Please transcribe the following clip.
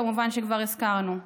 שכמובן כבר הזכרנו,